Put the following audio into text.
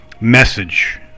message